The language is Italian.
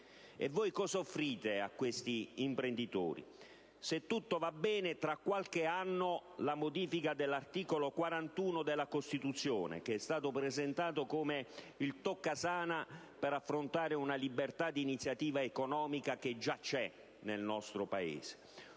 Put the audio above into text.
E voi che cosa offrite a questi imprenditori? Se tutto va bene, tra qualche anno, la modifica dell'articolo 41 della Costituzione, che è stata presentata come il toccasana per affrontare il tema di una libertà di iniziativa economica che già c'è nel nostro Paese.